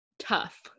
tough